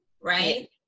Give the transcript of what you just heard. right